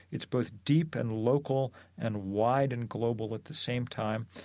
it's both deep and local and wide and global at the same time.